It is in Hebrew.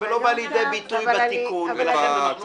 זה לא בא לידי ביטוי בהצעת החוק.